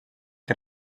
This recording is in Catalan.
que